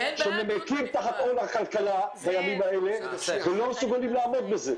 שנמקים תחת עול הכלכלה בימים האלה ולא מסוגלים לעמוד בזה.